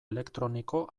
elektroniko